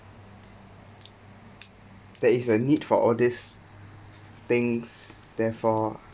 there is a need for all these things therefore